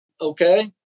Okay